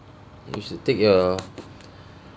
you should take your